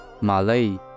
Malay